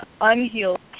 unhealed